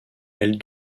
elle